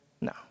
No